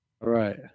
right